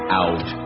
out